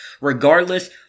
Regardless